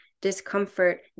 discomfort